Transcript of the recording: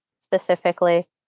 specifically